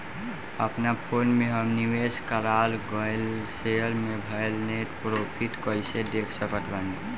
अपना फोन मे हम निवेश कराल गएल शेयर मे भएल नेट प्रॉफ़िट कइसे देख सकत बानी?